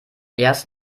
erst